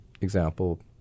example